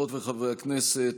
חברות וחברי הכנסת,